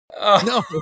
no